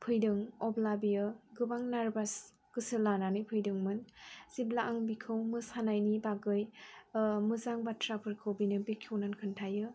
फैदों अब्ला बियो गोबां नारभास गोसो लानानै फैदोंमोन जेब्ला आं बिखौ मोसानायनि बागै मोजां बाथ्राफोरखौ बेनो बेखेवनानै खोन्थायो